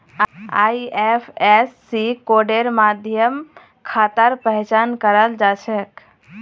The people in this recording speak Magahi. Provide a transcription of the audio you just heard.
आई.एफ.एस.सी कोडेर माध्यम खातार पहचान कराल जा छेक